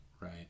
right